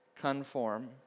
conform